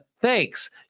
thanks